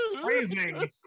Freezing